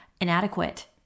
inadequate